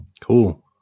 Cool